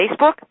Facebook